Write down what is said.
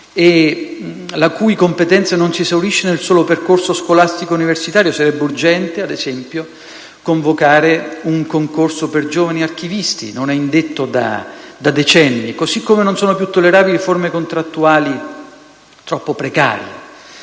e la cui competenza non si esaurisce nel solo percorso scolastico-universitario. Sarebbe urgente, ad esempio, indire un concorso per giovani archivisti: non è indetto da decenni. Parimenti non sono più tollerabili forme contrattuali troppo precarie.